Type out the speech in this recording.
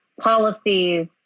policies